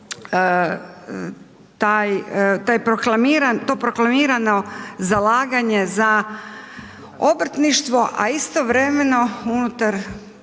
to proklamirano zalaganje za obrtništvo, a istovremeno unutar